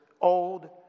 old